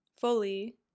fully